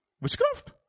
Witchcraft